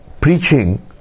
preaching